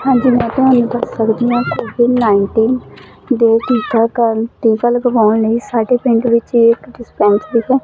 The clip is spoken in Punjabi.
ਹਾਂਜੀ ਮੈਂ ਤੁਹਾਨੂੰ ਦੱਸ ਸਕਦੀ ਹਾਂ ਕੋਵਿਡ ਨਾਈਨਟੀਨ ਦੇ ਟੀਕਾਕਰਨ ਟੀਕਾ ਲਗਵਾਉਣ ਲਈ ਸਾਡੇ ਪਿੰਡ ਵਿੱਚ ਇੱਕ ਡਿਸਪੈਂਸਰੀ ਹੈ